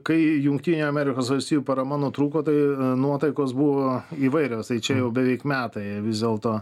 kai jungtinių amerikos valstijų parama nutrūko tai nuotaikos buvo įvairios tai čia jau beveik metai vis dėlto